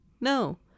No